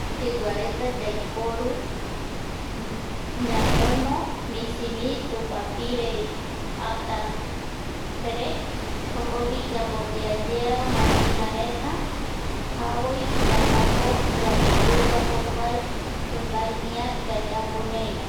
Yigua reta yaiporu ñañono misimi tupapire atare jokogui yamboyea yeamaepirareta javoi yamboipi yamoyigua jokua mbae ia yayapo laivaea